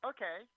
Okay